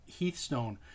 Heathstone